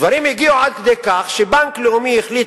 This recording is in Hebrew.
דברים הגיעו עד כדי כך שבנק לאומי החליט